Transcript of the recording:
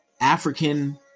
African